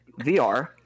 VR